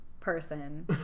person